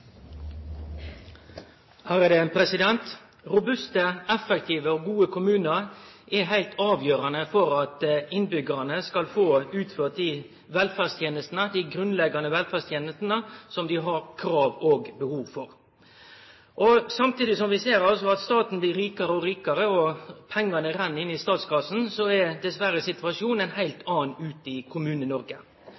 heilt avgjerande for at innbyggjarane skal få utført dei velferdstenestene – dei grunnleggjande velferdstenestene – som dei har krav på og behov for. Samtidig som vi ser at staten blir rikare og rikare og pengane renn inn i statskassa, er dessverre situasjonen ein heilt